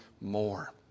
more